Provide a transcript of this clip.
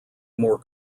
more